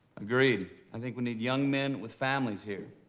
agreed. i think we need young men with families here.